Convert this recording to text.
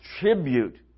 tribute